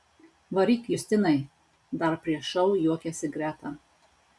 varyk justinai dar prieš šou juokėsi greta